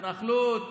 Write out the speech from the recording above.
התנחלות,